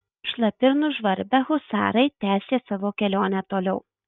šlapi ir nužvarbę husarai tęsė savo kelionę toliau